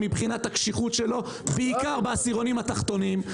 מבחינת הקשיחות שלו בעיקר בעשירונים התחתונים,